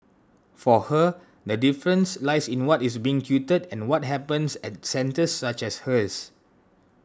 for her the difference lies in what is being tutored and what happens at centres such as hers